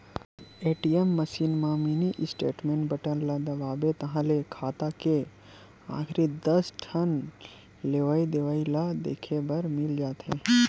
ATM machine म mini statement button ल दबाबे ताहाँले खाता के आखरी दस ठन लेवइ देवइ ल देखे बर मिल जाथे